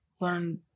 learn